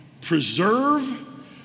preserve